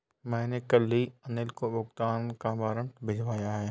मैंने कल ही अनिल को भुगतान का वारंट भिजवाया है